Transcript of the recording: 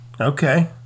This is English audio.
Okay